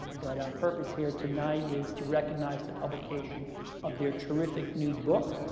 but our purpose here tonight is to recognize the publication of their terrific new book.